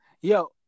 Yo